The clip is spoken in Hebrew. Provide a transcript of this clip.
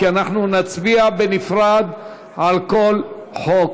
כי אנחנו נצביע בנפרד על כל חוק.